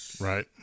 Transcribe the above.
Right